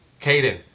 Caden